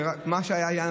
ומה שהיה,